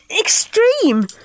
extreme